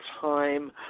time